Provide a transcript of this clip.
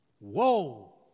Whoa